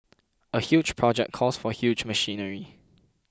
a huge project calls for huge machinery